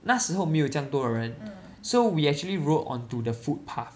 那时候没有这样多人 so we actually rolled onto the footpath